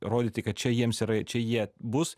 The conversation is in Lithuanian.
rodyti kad čia jiems yra čia jie bus